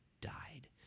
died